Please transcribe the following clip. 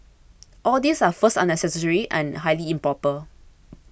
all these are first unnecessary and highly improper